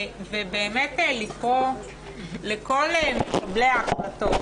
ובאמת לקרוא לכל מקבלי החלטות